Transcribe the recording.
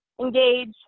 engage